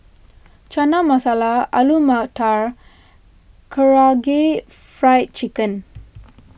Chana Masala Alu Matar Karaage Fried Chicken